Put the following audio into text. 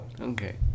Okay